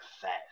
fast